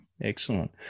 excellent